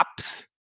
apps